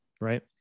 right